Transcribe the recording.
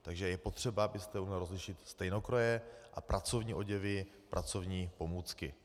Takže je potřeba, abyste uměl rozlišit stejnokroje a pracovní oděvy, pracovní pomůcky.